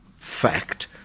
fact